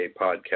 Podcast